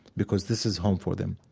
because this is home for them.